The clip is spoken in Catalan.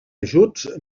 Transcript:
ajuts